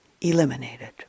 eliminated